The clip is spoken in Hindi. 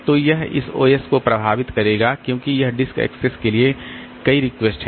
तो यह इस OS को भी प्रभावित करेगा क्योंकि यह डिस्क एक्सेस के लिए कई रिक्वेस्ट हैं